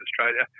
Australia